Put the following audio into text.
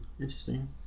Interesting